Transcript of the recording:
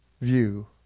view